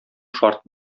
шарт